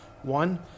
One